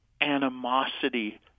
animosity